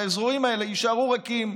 האזורים האלה יישארו ריקים,